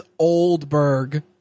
Oldberg